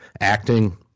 Acting